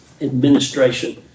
Administration